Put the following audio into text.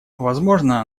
возможно